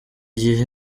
gihe